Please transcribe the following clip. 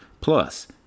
Plus